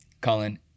Colin